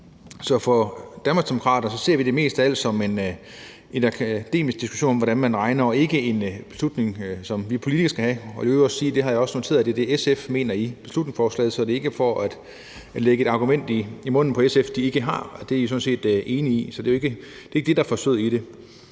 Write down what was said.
Så for Danmarksdemokraterne ser vi det mest af alt som en akademisk diskussion om, hvordan man regner, og ikke en beslutning, som vi politikere skal træffe. Jeg vil i øvrigt også sige, at jeg også har noteret, at det er det, SF mener i beslutningsforslaget – så det er ikke for at lægge et argument i munden på SF, de ikke har – og det er jeg sådan set enig i, så det er ikke det, der er forsøget